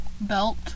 belt